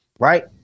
Right